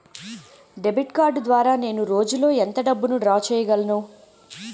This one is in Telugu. డెబిట్ కార్డ్ ద్వారా నేను రోజు లో ఎంత డబ్బును డ్రా చేయగలను?